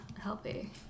healthy